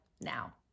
now